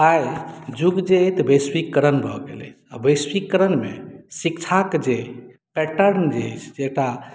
आइ युग जे अछि से वैश्वीकरण भऽ गेल अछि आ वैश्वीकरणमे शिक्षाके जे पैटर्न जे अछि एतय